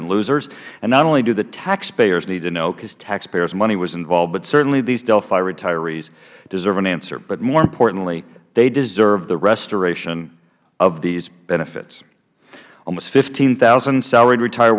and losers and not only do the taxpayers need to know because taxpayers money was involved but certainly these delphi retirees deserve an answer but more importantly they deserve the restoration of these benefits almost fifteen thousand salaried retire